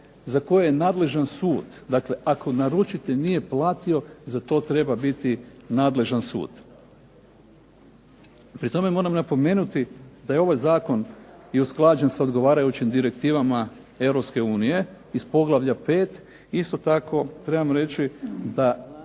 za koje je nadležan sud. Dakle, ako naručitelj nije platio za to treba biti nadležan sud. Pri tome moram napomenuti da je ovaj zakon i usklađen sa odgovarajućim direktivama Europske unije iz poglavlja 5. Isto tako, trebam reći da